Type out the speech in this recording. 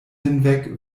hinweg